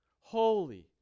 holy